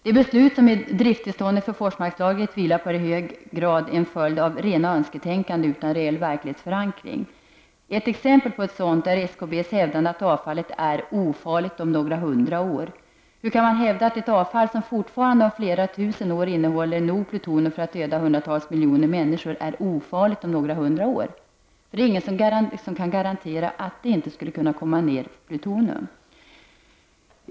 De beslut som driftstillståndet för Forsmarkslagret vilar på är i hög grad en följd av rena önsketänkanden utan reell verklighetsförankring. Ett exempel på ett sådant är SKB:s hävdande att avfallet är ”ofarligt om några hundra år”. Hur kan man hävda att ett avfall som fortfarande om flera tusen år innehåller tillräckligt med plutonium för att döda hundratals miljoner människor är ”ofarligt om några hundra år”? Ingen kan garantera att det inte skulle kunna komma ner plutonium.